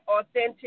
authentic